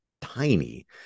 tiny